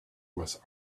was